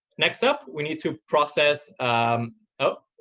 next up, we need to process oh,